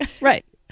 Right